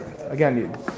again